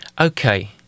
Okay